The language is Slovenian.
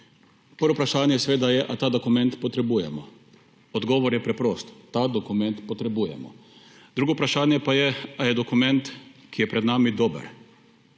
Prvo vprašanje seveda je, ali ta dokument potrebujemo. Odgovor je preprost: ta dokument potrebujemo! Drugo vprašanje pa je, ali je dokument, ki je pred nami, dober.